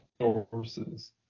sources